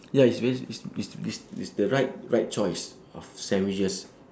ya it's very it's it's it's it's the right right choice of sandwiches